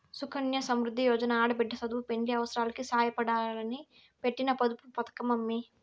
సుకన్య సమృద్ది యోజన ఆడబిడ్డ సదువు, పెండ్లి అవసారాలకి సాయపడాలని పెట్టిన పొదుపు పతకమమ్మీ